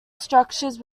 structures